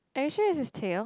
are you sure this is teal